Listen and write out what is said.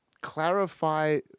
clarify